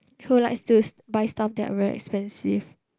who likes to buy stuff that are very expensive